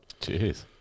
Jeez